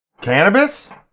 Cannabis